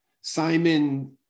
Simon